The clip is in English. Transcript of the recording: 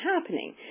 happening